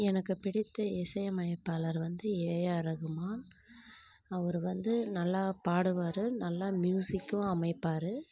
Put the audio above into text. எனக்கு பிடித்த இசை அமைப்பாளர் வந்து ஏஆர் ரகுமான் அவர் வந்து நல்லா பாடுவாரு நல்லா மியூசிக்கும் அமைப்பார்